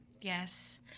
Yes